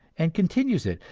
and continues it,